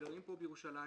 שגרים בירושלים